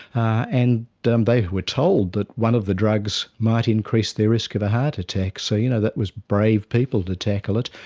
ah and um they were told that one of the drugs might increase their risk of a heart attack. so you know that was brave people to tackle it.